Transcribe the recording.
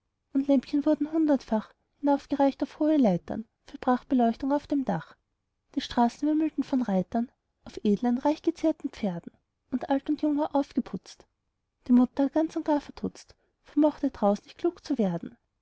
und lämpchen wurden hundertfach hinaufgereicht auf hohe leitern für prachtbeleuchtung auf dem dach die straßen wimmelten von reitern auf edlen reichgezierten pferden und alt und jung war aufgeputzt die mutter ganz und gar verdutzt vermochte draus nicht klug zu werden